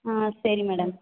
ஆ சரி மேடம்